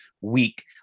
week